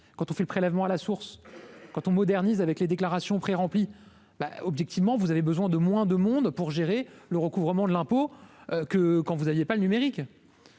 quand on fait le prélèvement à la source, quand on modernise avec les déclarations préremplies bah, objectivement, vous avez besoin de moins de monde pour gérer le recouvrement de l'impôt que quand vous aviez pas le numérique.